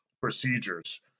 procedures